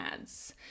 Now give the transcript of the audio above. ads